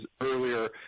earlier